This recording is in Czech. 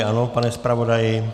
Ano, pane zpravodaji?